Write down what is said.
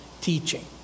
teaching